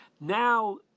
now